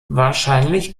wahrscheinlich